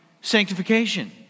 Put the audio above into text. sanctification